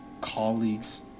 colleagues